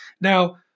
Now